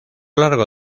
largo